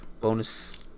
bonus